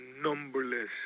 numberless